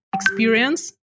experience